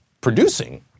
producing